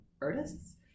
artists